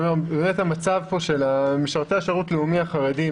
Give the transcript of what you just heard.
אני אומר שהמצב של משרתי השירות הלאומי החרדים,